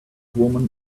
woman